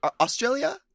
Australia